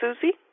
Susie